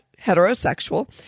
heterosexual